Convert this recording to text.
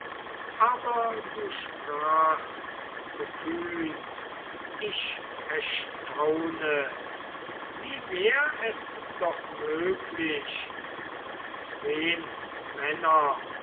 aber du sprachst zu kühn ich erstaune wie wär es doch möglich daß zween männer